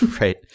Right